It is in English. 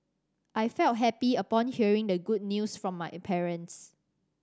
I felt happy upon hearing the good news from my parents